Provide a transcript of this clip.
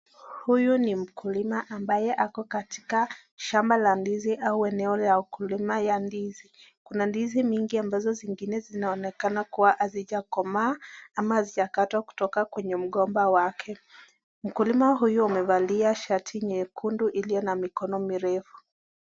Huyu ni mkulima ambaye ako katika shamba la ndizi au eneo la ukulima ya ndizi. Kuna ndizi mingi ambazo zingine zinaonekana kuwa hazijakomaa ama hazijakatwa kutoka kwenye mgomba wake. Mkulima huyu amevalia shati nyekundu iliyo na mikono mirefu.